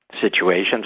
situations